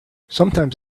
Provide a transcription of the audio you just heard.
sometimes